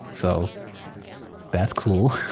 so that's cool.